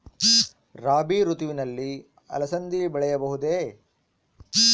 ರಾಭಿ ಋತುವಿನಲ್ಲಿ ಅಲಸಂದಿ ಬೆಳೆಯಬಹುದೆ?